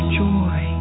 joy